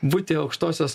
būti aukštosios